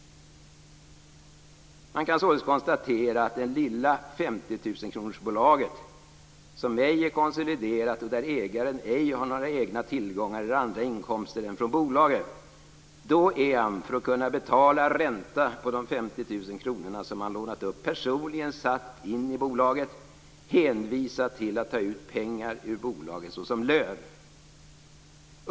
Det kan således konstateras att ägaren till det lilla 50 000-kronorsbolaget, som ej är konsoliderat och där ägaren ej har några egna tillgångar eller andra inkomster än från bolaget, är hänvisad till att ta ut pengar ur bolaget såsom lön för att kunna betala ränta på de 50 000 kr som han lånat upp personligen och satt in i bolaget.